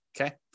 okay